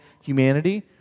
humanity